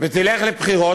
ותלך לבחירות,